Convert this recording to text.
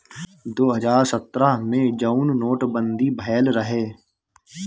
दो हज़ार सत्रह मे जउन नोट बंदी भएल रहे